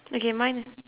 okay mine